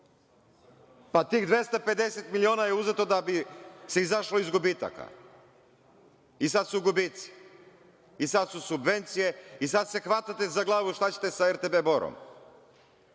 Pa, tih 250 miliona je uzeto da bi se izašlo iz gubitaka, i sad su gubici, i sada su subvencije, i sada se hvatate za glavu šta ćete sa RTB